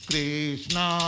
Krishna